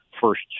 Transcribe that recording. first